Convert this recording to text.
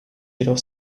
jedoch